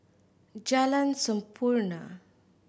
Jalan Sampurna